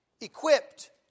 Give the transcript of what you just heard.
equipped